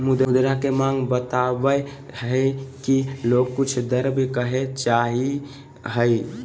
मुद्रा के माँग बतवय हइ कि लोग कुछ द्रव्य काहे चाहइ हइ